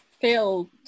filled